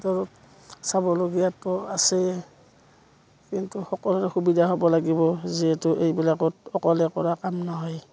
ধৰক চাবলগীয়াতো আছেই কিন্তু সকলো সুবিধা হ'ব লাগিব যিহেতু এইবিলাকত অকলে কৰা কাম নহয়